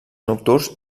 nocturns